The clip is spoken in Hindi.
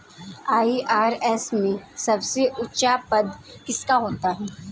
आई.आर.एस में सबसे ऊंचा पद किसका होता है?